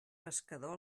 pescador